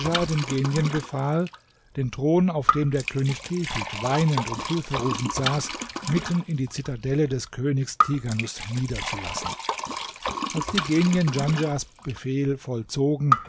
befahl den thron auf dem der könig kefid weinend und hilferufend saß mitten in die zitadelle des königs tighanus niederzulassen als die genien djanschahs befehl vollzogen